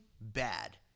bad